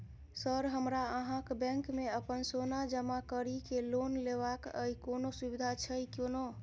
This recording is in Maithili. सर हमरा अहाँक बैंक मे अप्पन सोना जमा करि केँ लोन लेबाक अई कोनो सुविधा छैय कोनो?